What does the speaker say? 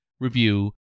review